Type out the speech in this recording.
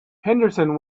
henderson